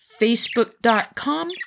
facebook.com